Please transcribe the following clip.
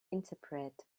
interpret